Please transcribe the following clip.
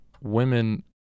women